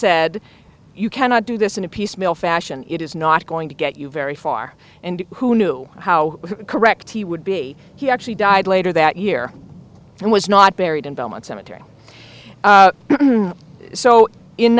said you cannot do this in a piecemeal fashion it is not going to get you very far and who knew how correct he would be he actually died later that year and was not buried in belmont cemetery so in